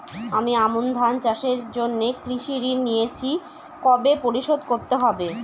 আমি আমন ধান চাষের জন্য কৃষি ঋণ নিয়েছি কবে পরিশোধ করতে হবে?